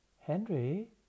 Henry